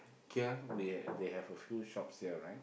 here we have they have a few shops here right